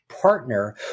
partner